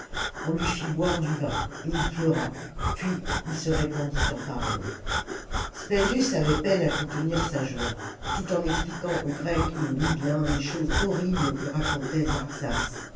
on lui fit boire du vin et il pleura puis il se répandit en paroles spendius avait peine à contenir sa joie tout en expliquant aux grecs et aux libyens les choses horribles que racontait